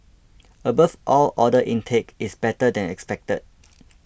above all order intake is better than expected